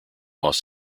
los